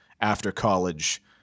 after-college